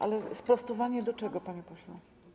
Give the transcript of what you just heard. Ale sprostowanie do czego, panie pośle?